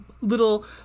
little